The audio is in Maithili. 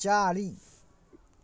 चारि